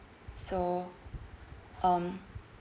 so um